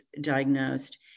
diagnosed